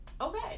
okay